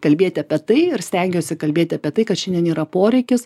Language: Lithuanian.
kalbėti apie tai ir stengiuosi kalbėti apie tai kad šiandien yra poreikis